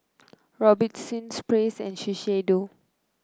Robitussin Praise and Shiseido